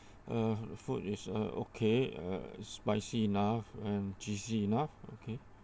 uh the food is uh okay uh spicy enough and cheesy enough okay